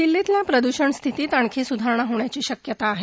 दिल्लीतल्या प्रदूषण स्थितीत आणखी सुधारणा होण्याची शक्यता आहे